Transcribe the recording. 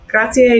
Grazie